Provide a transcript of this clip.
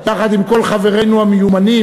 יחד עם כל חברינו המיומנים,